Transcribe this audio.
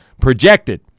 projected